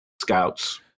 scouts